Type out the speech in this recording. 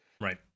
Right